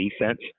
defense